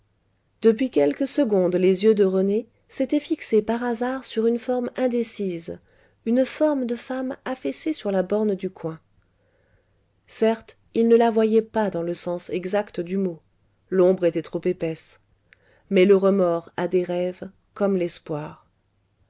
depuis quelques secondes les yeux de rené s'étaient fixés par hasard sur une forme indécise une forme de femme affaissée sur la borne du coin certes il ne la voyait pas dans le sens exact du mot l'ombre était trop épaisse mais le remords a des rêves comme l'espoir